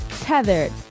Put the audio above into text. Tethered